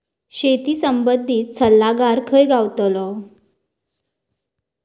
शेती संबंधित सल्लागार खय गावतलो?